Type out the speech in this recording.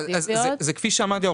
זה כפי שאמרתי,